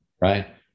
right